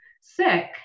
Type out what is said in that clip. sick